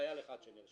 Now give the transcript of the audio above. חייל אחד שנרשם.